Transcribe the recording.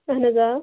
اَہَن حظ آ